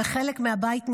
וחלק מהבית נשרף.